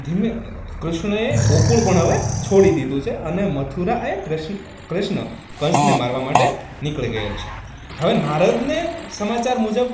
ધીમે કૃષ્ણએ ગોકુળ પણ હવે છોડી દીધું છે અને મથુરા એ કૃષ્ણ કંસને મારવા માટે નીકળી ગયેલ છે હવે નારદને સમાચાર મુજબ